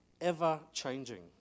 ever-changing